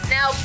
Now